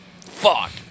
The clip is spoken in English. Fuck